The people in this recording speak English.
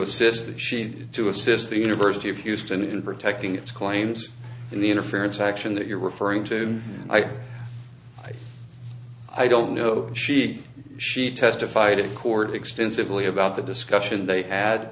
assist she to assist the university of houston in protecting its claims the interference action that you're referring to i i i don't know she she testified in court extensively about the discussion they had